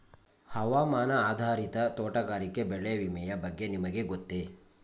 ಹವಾಮಾನ ಆಧಾರಿತ ತೋಟಗಾರಿಕೆ ಬೆಳೆ ವಿಮೆಯ ಬಗ್ಗೆ ನಿಮಗೆ ಗೊತ್ತೇ?